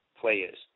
players